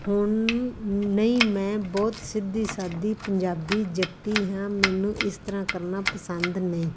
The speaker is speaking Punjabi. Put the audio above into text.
ਹੁਣ ਨਹੀਂ ਮੈਂ ਬਹੁਤ ਸਿੱਧੀ ਸਾਦੀ ਪੰਜਾਬੀ ਜੱਟੀ ਹਾਂ ਮੈਨੂੰ ਇਸ ਤਰ੍ਹਾਂ ਕਰਨਾ ਪਸੰਦ ਨਹੀਂ